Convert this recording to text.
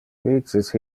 vices